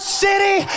city